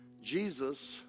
Jesus